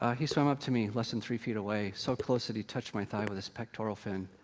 ah he swam up to me, less than three feet away, so close that he touched my thigh with his pectoral fin.